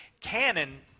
canon